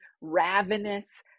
ravenous